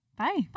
Bye